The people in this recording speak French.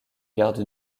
garde